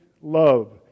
love